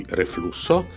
reflusso